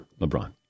LeBron